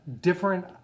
different